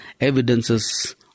evidences